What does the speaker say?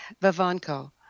Vavanko